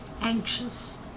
anxious